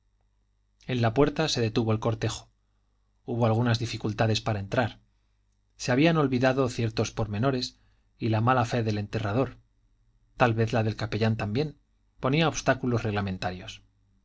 en la puerta se detuvo el cortejo hubo algunas dificultades para entrar se habían olvidado ciertos pormenores y la mala fe del enterrador tal vez la del capellán también ponía obstáculos reglamentarios